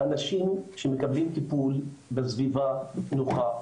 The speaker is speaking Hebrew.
האנשים שמקבלים טיפול בסביבה נוחה,